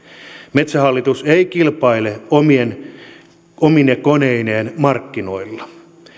metsähallitus ei kilpaile omine koneineen markkinoilla